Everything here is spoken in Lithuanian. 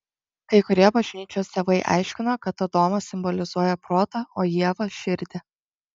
kai kurie bažnyčios tėvai aiškino kad adomas simbolizuoja protą o ieva širdį